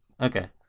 Okay